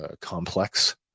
complex